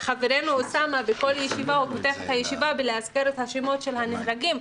חברנו אוסאמה פותח כל ישיבה באזכור השמות של הנהרגים.